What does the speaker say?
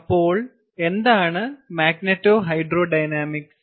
അപ്പോൾ എന്താണ് മാഗ്നെറ്റോഹൈഡ്രോഡൈനാമിക്സ്